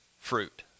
fruit